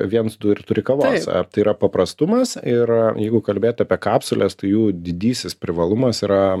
viens du ir turi kavos ar tai yra paprastumas ir jeigu kalbėt apie kapsules tai jų didysis privalumas yra